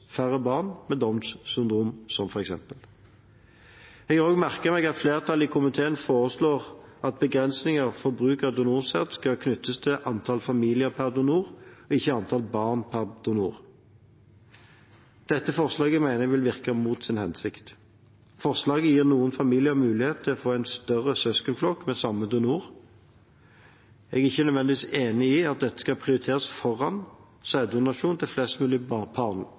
færre barn med f.eks. Downs syndrom. Jeg har også merket meg at flertallet i komiteen foreslår at begrensninger for bruk av donorsæd skal knyttes til antall familier per donor og ikke antall barn per donor. Dette forslaget mener jeg vil virke mot sin hensikt. Forslaget gir noen familier mulighet til å få en større søskenflokk med samme donor. Jeg er ikke nødvendigvis enig i at dette skal prioriteres foran sæddonasjon til flest mulig